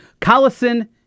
Collison